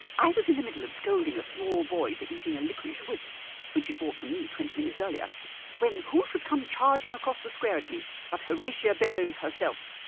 i was in the middle of scolding a small boy for eating a liquorice whip which he'd bought from me twenty minutes earlier when who should come charging across the square at me but horatia bellows herself!